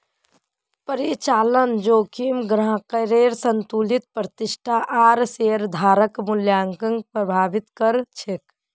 परिचालन जोखिम ग्राहकेर संतुष्टि प्रतिष्ठा आर शेयरधारक मूल्यक प्रभावित कर छेक